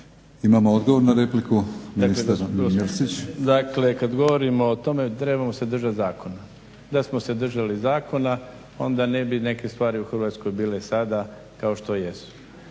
Imamo odgovor na repliku, ministar Mirando Mrsić. **Mrsić, Mirando (SDP)** Dakle kada govorimo o tome trebamo se držati zakona. Da smo se držali zakona onda ne bi neke stvari u Hrvatskoj bile sada kao što jesu.